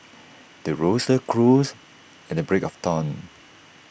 the rooster crows at the break of dawn